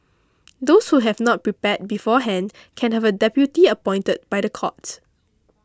those who have not prepared beforehand can have a deputy appointed by the court